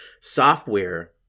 Software